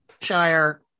Shire